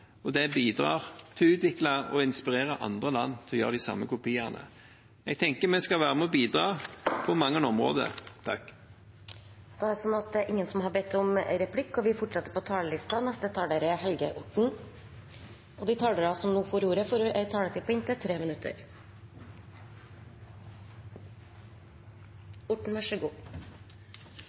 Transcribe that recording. og det bidrar til å utvikle og inspirere andre land til å kopiere og gjøre de samme tingene. Jeg tenker vi skal være med og bidra på mange områder. Ingen har bedt om replikk. De talere som heretter får ordet, har en taletid på inntil 3 minutter.